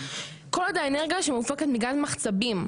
כל עוד האנרגיה שמופקת מגז מחצבים,